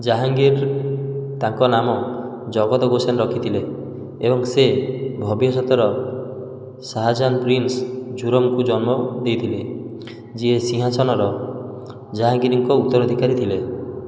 ଜାହାଙ୍ଗୀର ତାଙ୍କ ନାମ ଜଗତ ଗୋସେନ ରଖିଥିଲେ ଏବଂ ସେ ଭବିଷ୍ୟତର ଶାହାଜାହାନ ପ୍ରିନ୍ସ ଝୁରମଙ୍କୁ ଜନ୍ମ ଦେଇଥିଲେ ଯିଏ ସିଂହାସନର ଜାହାଙ୍ଗୀରଙ୍କ ଉତ୍ତରାଧିକାରୀ ଥିଲେ